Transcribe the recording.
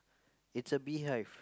it's a beehive